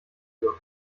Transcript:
wird